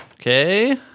Okay